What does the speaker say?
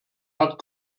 hat